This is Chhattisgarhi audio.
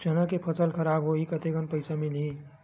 चना के फसल खराब होही कतेकन पईसा मिलही?